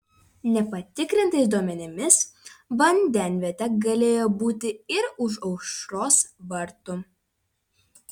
nepatikrintais duomenimis vandenvietė galėjo būti ir už aušros vartų